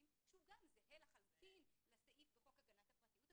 שהוא גם זהה לחלוטין לסעיף בחוק הגנת הפרטיות,